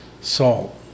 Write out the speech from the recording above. salt